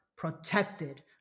Protected